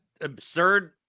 absurd